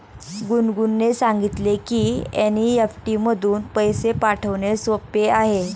गुनगुनने सांगितले की एन.ई.एफ.टी मधून पैसे पाठवणे सोपे आहे